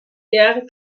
der